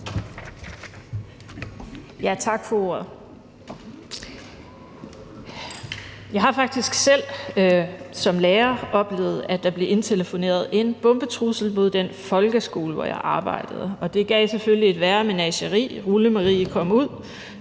Jeg har faktisk selv som lærer oplevet, at der blev indtelefoneret en bombetrussel mod den folkeskole, hvor jeg arbejdede, og det gav selvfølgelig et værre menageri – rullemarie kom ud,